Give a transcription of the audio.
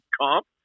comp